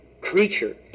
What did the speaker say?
creature